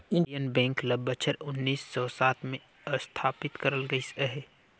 Indian Bank ल बछर उन्नीस सव सात में असथापित करल गइस अहे